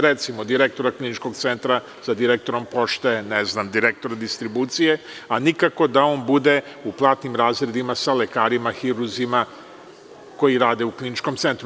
Recimo direktor kliničkog centra sa direktorom Pošte, ne znam, direktorom Elektrodistribucije, a nikako da on bude u platnim razredima sa lekarima, hirurzima koji rade u kliničkom centru.